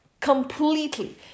completely